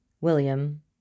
William